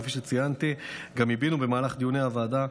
וכפי שציינתי גם עיבינו במהלך דיוני הוועדה,